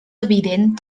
evident